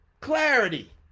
clarity